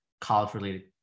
college-related